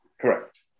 Correct